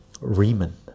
Riemann